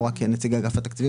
לא רק כנציג אגף התקציבים,